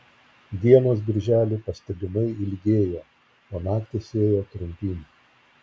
dienos birželį pastebimai ilgėjo o naktys ėjo trumpyn